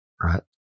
right